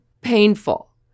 painful